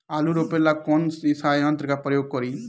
आलू रोपे ला कौन सा यंत्र का प्रयोग करी?